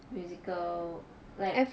musical like